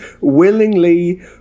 willingly